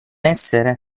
essere